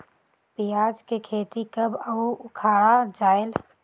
पियाज के खेती कब अउ उखाड़ा जायेल?